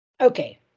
okay